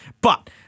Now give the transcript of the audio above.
But-